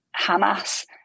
Hamas